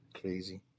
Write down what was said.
crazy